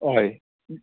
हय